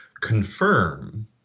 confirm